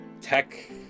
tech